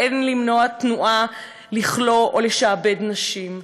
ואין למנוע תנועה לכלוא או לשעבד נשים,